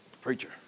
preacher